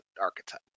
archetype